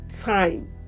time